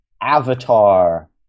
Avatar